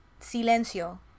Silencio